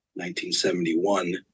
1971